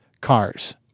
cars